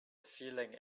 feeling